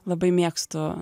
labai mėgstu